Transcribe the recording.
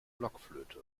blockflöte